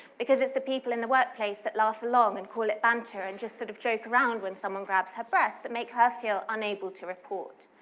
because it's people in the workplace that laugh along and call it banter and just sort of joke around when someone grabs her breasts that make her feel unable to report.